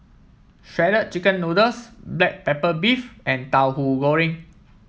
Shredded Chicken Noodles Black Pepper Beef and Tauhu Goreng